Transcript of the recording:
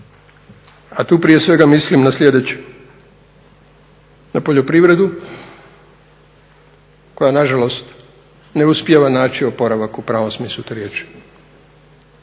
a tu prije svega mislim na sljedeće, na poljoprivredu koja nažalost ne uspijeva naći oporavak u pravom smislu te riječi,